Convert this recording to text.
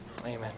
Amen